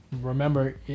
remember